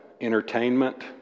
entertainment